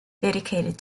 dedicated